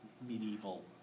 medieval